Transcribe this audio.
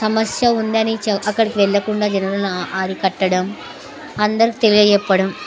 సమస్య ఉందని అక్కడికి వెళ్కుండా జనాలను అరికట్టడం అందరికి తెలియజెప్పడం